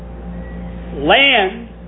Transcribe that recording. land